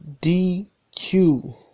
DQ